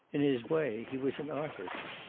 in his way, he was an artist.